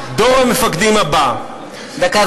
"דור המפקדים הבא" דקה,